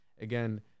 again